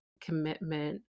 commitment